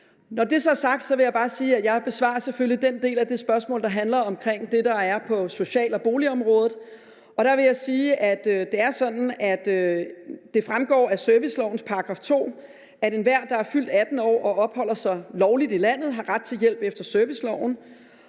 Når det så er sagt, vil jeg bare sige, at jeg selvfølgelig besvarer den del af det spørgsmål, der handler omkring det, der er på social- og boligområdet, og der vil jeg sige, at det er sådan, at det fremgår af servicelovens § 2, at enhver, der er fyldt 18 år og opholder sig lovligt i landet, har ret til hjælp efter serviceloven.